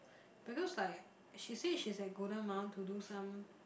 because like she say she's at Golden-Mile to do some